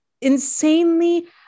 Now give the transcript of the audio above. insanely